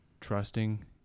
trusting